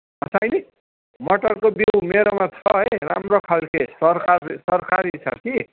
साइँली मटरको बिउ मेरोमा छ है राम्रो खाले सरकार सरकारी छ कि